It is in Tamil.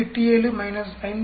87 5